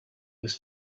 was